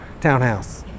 townhouse